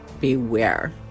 beware